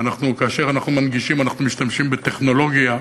וכאשר אנחנו מנגישים אנחנו משתמשים בטכנולוגיה,